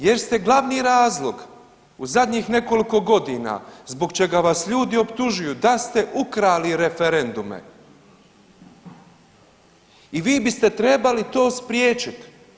Jer ste glavni razlog u zadnjih nekoliko godina zbog čega vas ljudi optužuju da ste ukrali referendume i vi biste trebali to spriječiti.